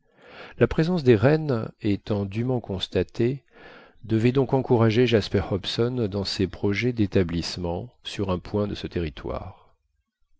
la présence des rennes étant dûment constatée devait donc encourager jasper hobson dans ses projets d'établissement sur un point de ce territoire